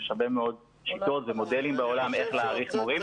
יש הרבה שיטות ומודלים בעולם איך להעריך מורים,